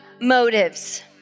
motives